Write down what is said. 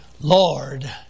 Lord